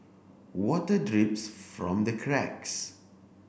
water drips from the cracks